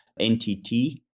NTT